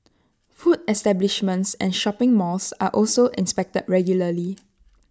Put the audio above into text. food establishments and shopping malls are also inspected regularly